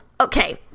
okay